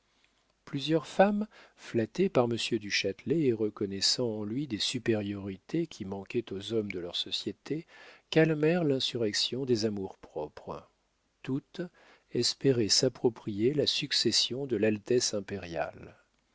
plusieurs femmes flattées par monsieur du châtelet et reconnaissant en lui des supériorités qui manquaient aux hommes de leur société calmèrent l'insurrection des amours-propres toutes espéraient s'approprier la succession de l'altesse impériale